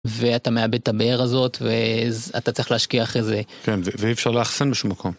ואתה מאבד את הבער הזאת, ואתה צריך להשקיע אחרי זה. כן, ואי אפשר לאכסן בשום מקום.